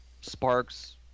Sparks